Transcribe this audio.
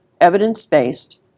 evidence-based